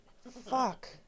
Fuck